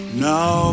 now